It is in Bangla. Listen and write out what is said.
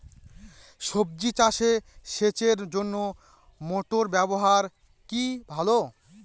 সবজি চাষে সেচের জন্য মোটর ব্যবহার কি ভালো?